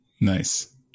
Nice